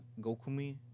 Gokumi